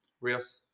Rios